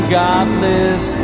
godless